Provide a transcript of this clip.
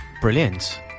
Brilliant